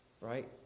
right